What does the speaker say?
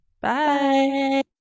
Bye